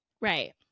Right